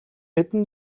хэдэн